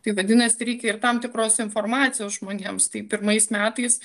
tai vadinasi reikia ir tam tikros informacijos žmonėms tai pirmais metais